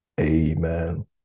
Amen